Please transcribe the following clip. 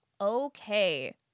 okay